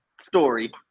story